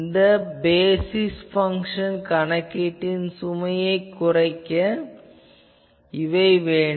இந்த basis function கணக்கீட்டின் சுமை குறைய வேண்டும்